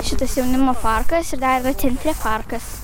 šitas jaunimo parkas ir dar yra centre parkas